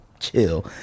Chill